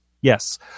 Yes